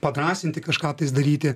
padrąsinti kažką daryti